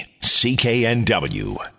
CKNW